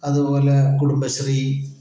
അതുപോലെ കുടുംബശ്രീ